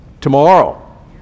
tomorrow